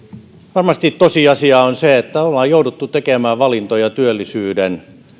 varmasti tosiasia on se että ollaan jouduttu tekemään valintoja työllisyyden